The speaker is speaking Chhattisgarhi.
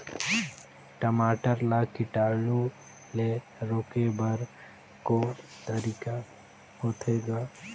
टमाटर ला कीटाणु ले रोके बर को तरीका होथे ग?